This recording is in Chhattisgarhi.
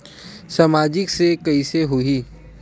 सामाजिक से कइसे होही?